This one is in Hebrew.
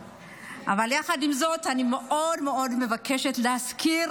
יחד עם זאת, אני מאוד מאוד מבקשת להזכיר